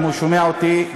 אם הוא שומע אותי,